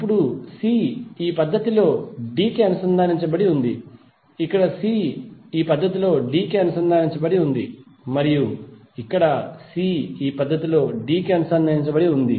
ఇప్పుడు c ఈ పద్ధతిలో d కి అనుసంధానించబడి ఉంది ఇక్కడ c ఈ పద్ధతిలో d కి అనుసంధానించబడి ఉంది మరియు ఇక్కడ c ఈ పద్ధతిలో d కి అనుసంధానించబడి ఉంది